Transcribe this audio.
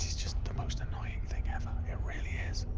just the most annoying thing ever it really is